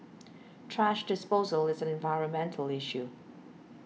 thrash disposal is an environmental issue